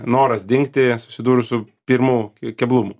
noras dingti susidūrus su pirmu keblumu